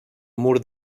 mur